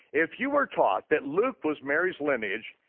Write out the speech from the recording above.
if you were taught that luke was mary's lineage,